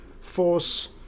force